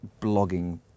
blogging